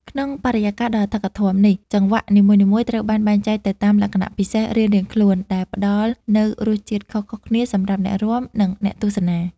ក្នុងបរិយាកាសដ៏អធិកអធមនេះ ចង្វាក់នីមួយៗត្រូវបានបែងចែកទៅតាមលក្ខណៈពិសេសរៀងៗខ្លួន ដែលផ្តល់នូវរសជាតិខុសៗគ្នាសម្រាប់អ្នករាំ និងអ្នកទស្សនា។